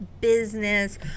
business